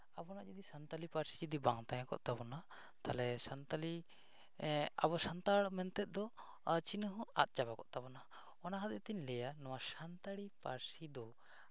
ᱟᱵᱚᱣᱟᱜ ᱡᱩᱫᱤ ᱥᱟᱱᱛᱟᱞᱤ ᱯᱟᱹᱨᱥᱤ ᱡᱩᱫᱤ ᱵᱟᱝ ᱛᱟᱦᱮᱸ ᱠᱚᱜ ᱛᱟᱵᱚᱱᱟ ᱛᱟᱦᱞᱮ ᱥᱟᱱᱛᱟᱞᱤ ᱟᱵᱚ ᱥᱟᱱᱛᱟᱲ ᱢᱮᱱᱛᱮ ᱫᱚ ᱪᱤᱱᱦᱟᱹ ᱦᱚᱸ ᱟᱫ ᱪᱟᱵᱟ ᱠᱚᱜ ᱛᱟᱵᱚᱱᱟ ᱚᱱᱟ ᱦᱚᱛᱮᱫ ᱛᱤᱧ ᱞᱟᱹᱭᱟ ᱱᱚᱣᱟ ᱥᱟᱱᱛᱟᱲᱤ ᱯᱟᱹᱨᱥᱤ ᱫᱚ